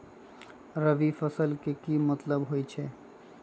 रबी फसल के की मतलब होई छई?